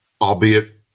Albeit